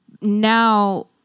Now